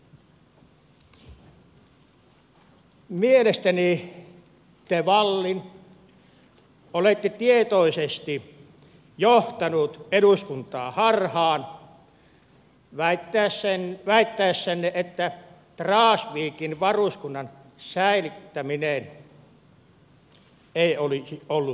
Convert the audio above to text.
mielestäni te wallin olette tietoisesti johtanut eduskuntaa harhaan väittäessänne että dragsvikin varuskunnan säilyttäminen ei olisi ollut poliittinen päätös